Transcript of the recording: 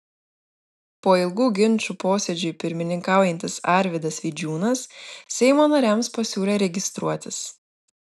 po ilgų ginčų posėdžiui pirmininkaujantis arvydas vidžiūnas seimo nariams pasiūlė registruotis